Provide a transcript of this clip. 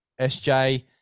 SJ